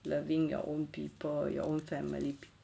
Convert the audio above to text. loving your own people your own family people